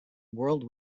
world